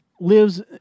lives